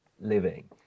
living